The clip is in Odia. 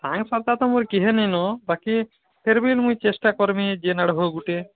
ହାଁ ଏ ସରକାର୍ ତମର୍ କିହେ ନିନ୍ ବାକି ଫିରଭି ମୁଇଁ ଚେଷ୍ଟା କର୍ମି ଯେନ୍ ଆଡ଼େ ହୋଉ ଗୁଟେ